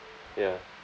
ya